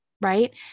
right